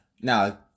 Now